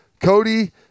Cody –